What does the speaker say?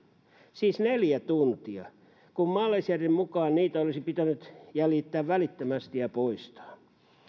siis neljä tuntia kun maalaisjärjen mukaan niitä olisi pitänyt jäljittää välittömästi ja poistaa